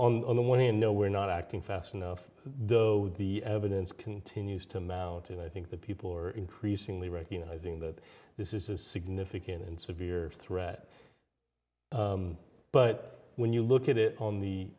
so on the one hand no we're not acting fast enough though the evidence continues to mount and i think that people are increasingly recognizing that this is a significant and severe threat but when you look at it on the